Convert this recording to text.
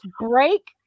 break